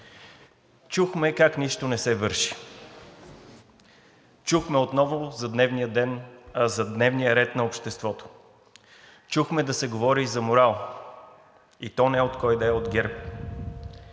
Чухме как нищо не се върши. Чухме отново за дневния ред на обществото. Чухме да се говори и за морал, и то не от кой да е,